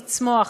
לצמוח,